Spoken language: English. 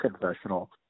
confessional